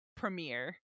premiere